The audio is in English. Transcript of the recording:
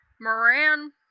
Moran